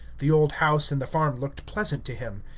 the old house and the farm looked pleasant to him.